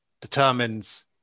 determines